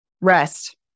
rest